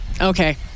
Okay